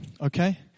okay